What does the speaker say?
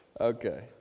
Okay